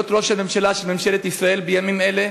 ראש הממשלה של ממשלת ישראל בימים אלה.